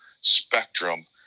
spectrum